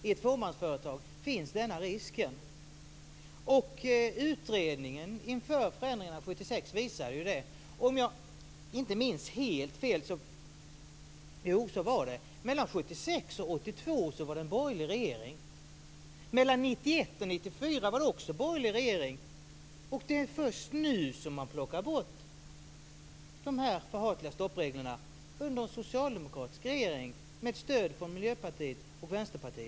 I fåmansföretag finns den här risken. Utredningen inför förändringarna 1976 visar detta. Om jag inte minns helt fel så .- jo, så var det: Mellan 1976 och 1982 var det en borgerlig regering! Mellan 1991 och 1994 var det också en borgerlig regering! Och det är först nu som man plockar bort de här förhatliga stoppreglerna, alltså under en socialdemokratisk regering med stöd från Miljöpartiet och Vänsterpartiet.